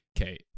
Okay